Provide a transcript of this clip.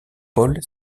paul